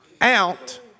Out